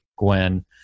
Gwen